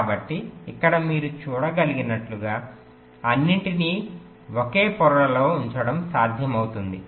కాబట్టి ఇక్కడ మీరు చూడగలిగినట్లుగా అన్నింటినీ ఒకే పొరలో ఉంచడం సాధ్యమవుతుంది